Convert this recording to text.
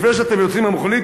לפני שאתם יוצאים מהמכונית,